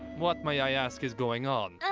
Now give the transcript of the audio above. what, may i ask, is going on?